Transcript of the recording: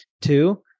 Two